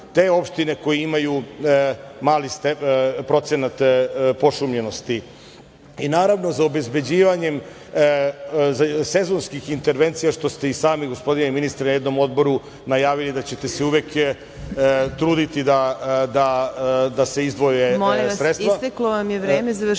te opštine koje imaju mali procenat pošumljenosti. Naravno, i za obezbeđivanje sezonskih intervencija, što ste i sami, gospodine ministre, jednom u Odboru najavili, da ćete se uvek truditi da se izdvoje